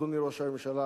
אדוני ראש הממשלה,